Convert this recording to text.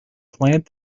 plant